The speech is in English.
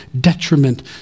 detriment